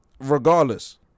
regardless